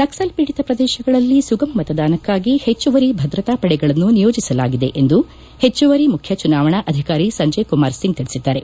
ನಕ್ಲಲ್ ಪೀಡಿತ ಪ್ರದೇಶಗಳಲ್ಲಿ ಸುಗಮ ಮತದಾನಕ್ಕಾಗಿ ಹೆಚ್ಚುವರಿ ಭದ್ರತಾ ಪಡೆಗಳನ್ನು ನಿಯೋಜಿಸಲಾಗಿದೆ ಎಂದು ಹೆಚ್ಲುವರಿ ಮುಖ್ಯಚುನಾವಣಾಧಿಕಾರಿ ಸಂಜಯ್ ಕುಮಾರ್ ಸಿಂಗ್ ತಿಳಿಸಿದ್ದಾರೆ